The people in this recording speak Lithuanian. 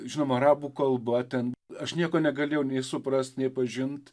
žinoma arabų kalba ten aš nieko negalėjau nei suprast nei pažint